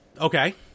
Okay